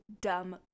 dumb